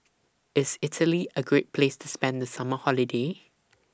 IS Italy A Great Place to spend The Summer Holiday